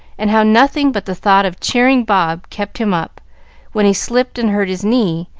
and how nothing but the thought of cheering bob kept him up when he slipped and hurt his knee,